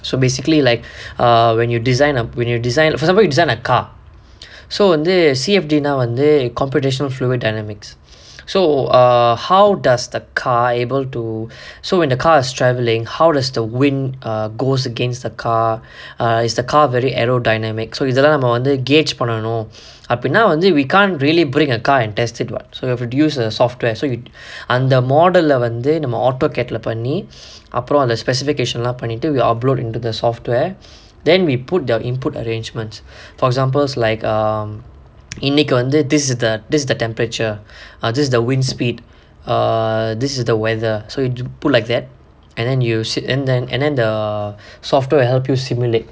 so basically like err when you design up when your design it for example you design a car so வந்து:vanthu C_F_D வந்து:vanthu competetional fluid dynamics so err how does the car able to so when the car is traveling how does the wind goes against the car so is the car very aerodynamics so இதெல்லாம் நம்ம வந்து:ithellaam namma vanthu gates பண்ணனும் அப்படினா வந்து:pannanum appadinaa vanthu we can't really bring a car and test it what so we have touse the software அந்த:antha model leh வந்து நம்ம:vanthu namma AutoCAD leh பண்ணி அப்புறம் அத:panni appuram atha specification எல்லா பண்ணிட்டு:ellaa pannittu we upload into the software then you put the input arrangement for example like err இன்னைக்கு வந்து:innaikku vanthu this is this is the temperature this is the wind speed err this is the weather so you put like that and then the software will help you stimulate